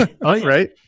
right